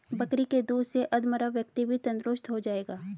बकरी के दूध से अधमरा व्यक्ति भी तंदुरुस्त हो जाएगा